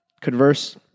converse